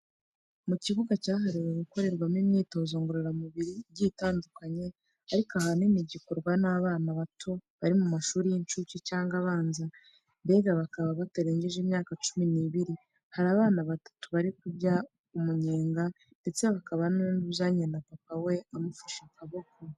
Ni mu kibuga cyahariwe gukorerwamo imyitozo ngororamubiri igiye itandukanye ariko ahanini igakorwa n'abana bato biba mu mashuri y'inshuke cyangwa abanza mbega bakaba batarengeje imyaka cumi n'ibiri, hari abana batatu bari kurya umunyenga ndete hakaba n'undi uzanye na papa we amufashe akaboko.